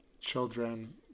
children